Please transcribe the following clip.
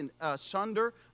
asunder